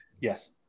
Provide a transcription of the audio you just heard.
Yes